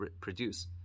produce